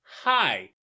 hi